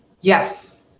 Yes